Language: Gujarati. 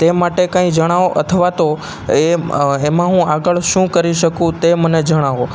તે માટે કાંઈ જણાવો અથવા તો એ એમાં હું આગળ શું કરી શકું તે મને જણાવો